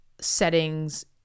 settings